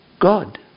God